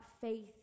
faith